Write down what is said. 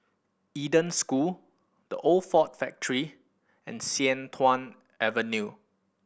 Eden School The Old Ford Factory and Sian Tuan Avenue